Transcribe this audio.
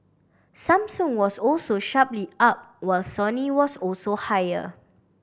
Samsung was also sharply up while Sony was also higher